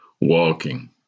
Walking